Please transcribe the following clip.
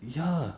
ya